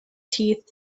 teeth